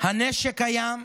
הנשק קיים,